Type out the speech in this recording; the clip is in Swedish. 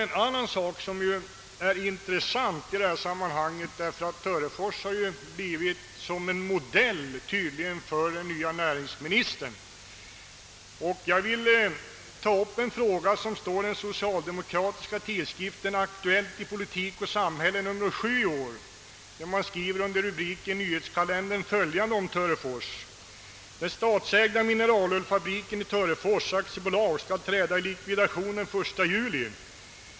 En annan sak av intresse i detta sammanhang är att Törefors tydligen fungerar som modell för den nye näringsministern. Jag vill citera den socialdemokratiska tidskriften Aktuellt i politik och samhälle nr 7 i år, där man under rubriken Nyhetskalendern kan läsa följande om Törefors: »Den statsägda mineralullfabriken Törefors AB skall träda i likvidation den 1 juli.